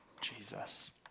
Jesus